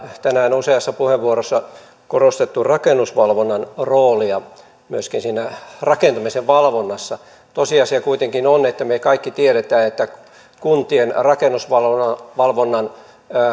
on tänään useassa puheenvuorossa korostettu rakennusvalvonnan roolia myöskin siinä rakentamisen valvonnassa tosiasia kuitenkin on että me kaikki tiedämme että kuntien rakennusvalvonnan